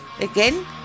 Again